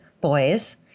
boys